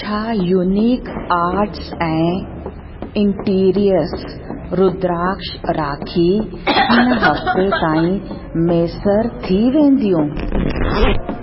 छा unique arts and interiors rudraksha rakhi हिन हफ़्ते ताईं मुयसरु थी वेंदियूं